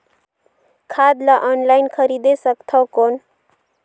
खाद ला ऑनलाइन खरीदे सकथव कौन?